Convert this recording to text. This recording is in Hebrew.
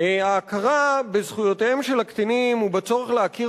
ההכרה בזכויותיהם של הקטינים והצורך להכיר